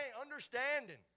understanding